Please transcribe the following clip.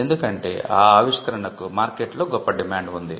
ఎందుకంటే ఆ ఆవిష్కరణకు మార్కెట్లో గొప్ప డిమాండ్ ఉంది